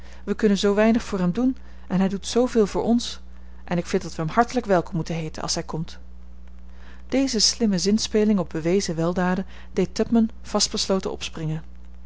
wij kunnen zoo weinig voor hem doen en hij doet zooveel voor ons en ik vind dat we hem hartelijk welkom moeten heeten als hij komt deze slimme zinspeling op bewezen weldaden deed tupman vastbesloten opspringen